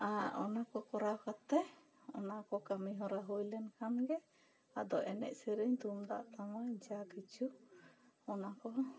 ᱟᱨ ᱚᱱᱟ ᱠᱚ ᱠᱟᱹᱢᱤ ᱠᱚᱨᱟᱣ ᱠᱟᱛᱮᱜ ᱚᱱᱟ ᱠᱚ ᱠᱟᱹᱢᱤ ᱦᱚᱨᱟ ᱦᱩᱭ ᱞᱮᱱ ᱠᱷᱟᱱ ᱜᱮ ᱟᱫᱚ ᱮᱱᱮᱡ ᱥᱮᱨᱮᱧ ᱛᱩᱢᱫᱟᱜ ᱴᱟᱢᱟᱜ ᱡᱟ ᱠᱤᱪᱷᱩ ᱚᱱᱟ ᱠᱚᱦᱚᱸ